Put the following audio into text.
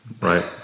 right